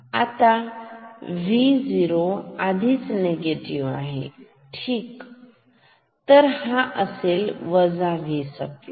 आता Vo आधीच negative आहे ठीक तर हा असेल वजा V सप्लाय